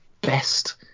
best